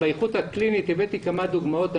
באיכות הקלינית הבאתי כמה דוגמאות.